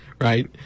Right